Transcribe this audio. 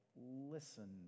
listen